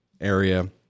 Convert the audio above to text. area